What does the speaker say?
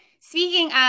speaking